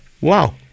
Wow